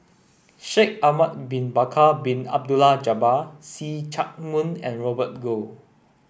Shaikh Ahmad Bin Bakar Bin Abdullah Jabbar See Chak Mun and Robert Goh